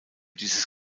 dieses